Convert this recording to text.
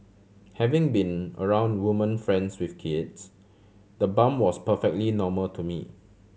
having been around woman friends with kids the bump was perfectly normal to me